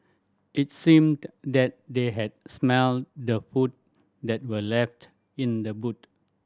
it seemed that they had smelt the food that were left in the boot